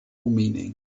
meaning